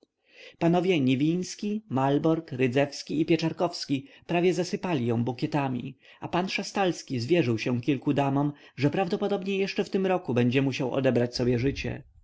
panowie niwiński malborg rydzewski i pieczarkowski prawie zasypali ją bukietami a pan szastalski zwierzył się kilku damom że prawdopodobnie w tym jeszcze roku będzie musiał odebrać sobie życie